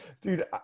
Dude